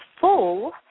full